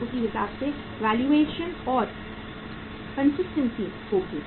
तो उसी हिसाब से वैल्यूएशन और कंसिस्टेंसी होगी